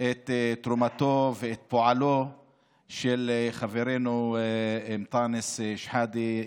את תרומתו ואת פועלו של חברנו אנטאנס שחאדה,